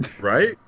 Right